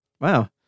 Wow